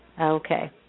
Okay